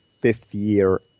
fifth-year